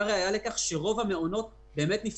והראיה לכך היא שרוב המעונות נפתחו.